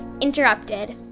Interrupted